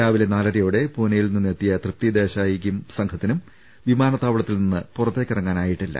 രാവിലെ നാലരയോടെ പൂനെയിൽ നിന്ന് എത്തിയ തൃപ്തി ദേശായിക്കും സംഘ ത്തിനും വിമാനത്താവളത്തിൽ നിന്ന് പുറത്തേക്കിറങ്ങാനായിട്ടില്ല